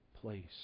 place